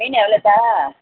மீன் எவ்வளோப்பா